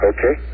Okay